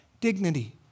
dignity